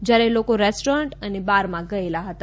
જયારે લોકો રેસ્ટોરન્ટ વચ્ચે બારમાં ગયેલા હતા